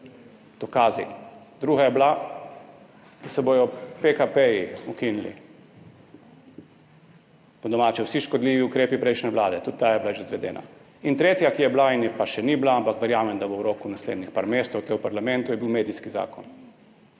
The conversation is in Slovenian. dokazi. Druga je bila, da se bodo PKP-ji ukinili, po domače vsi škodljivi ukrepi prejšnje vlade, tudi ta je bila že izvedena. In tretja, ki je bila, pa še ni bila, ampak verjamem, da bo v roku naslednjih nekaj mesecev tu v parlamentu, je bil medijski zakon.